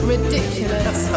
Ridiculous